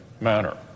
manner